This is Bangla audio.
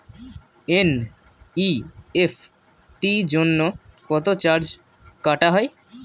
এন.ই.এফ.টি জন্য কত চার্জ কাটা হয়?